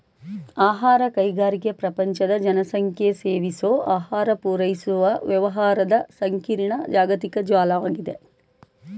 ಆಹಾರ ಕೈಗಾರಿಕೆ ಪ್ರಪಂಚದ ಜನಸಂಖ್ಯೆಸೇವಿಸೋಆಹಾರಪೂರೈಸುವವ್ಯವಹಾರದಸಂಕೀರ್ಣ ಜಾಗತಿಕ ಜಾಲ್ವಾಗಿದೆ